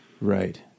Right